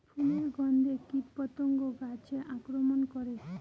ফুলের গণ্ধে কীটপতঙ্গ গাছে আক্রমণ করে?